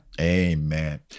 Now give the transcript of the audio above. Amen